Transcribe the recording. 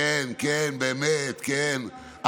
כן, כן, באמת, כן.